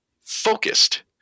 Focused